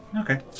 Okay